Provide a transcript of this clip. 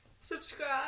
Subscribe